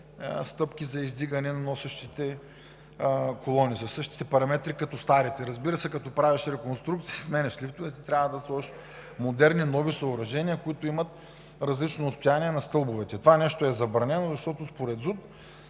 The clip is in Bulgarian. стъпки за издигане на носещите колони, със същите параметри като старите. Разбира се, като правиш реконструкция – сменяш лифтовете, трябва да сложиш модерни, нови съоръжения, които имат различно отстояние на стълбовете. Това нещо е забранено, защото според ЗУТ,